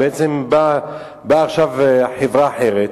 בעצם באה עכשיו חברה אחרת